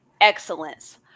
excellence